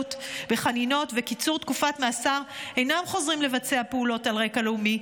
בחנינות וקיצור תקופת מאסר אינם חוזרים לבצע פעולות על רקע לאומי,